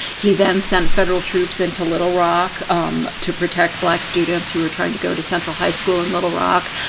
he then sent federal troops into little rock um to protect black students who were trying to go to central high school in little rock.